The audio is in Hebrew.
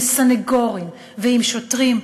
עם סנגורים ועם שוטרים,